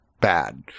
bad